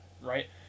Right